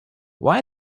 why